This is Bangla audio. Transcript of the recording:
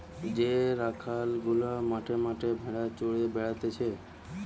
যে রাখাল গুলা মাঠে মাঠে ভেড়া চড়িয়ে বেড়াতিছে